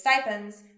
stipends